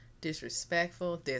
disrespectful